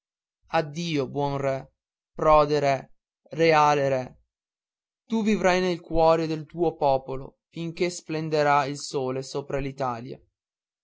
addio buon re prode re leale re tu vivrai nel cuore del tuo popolo finché splenderà il sole sopra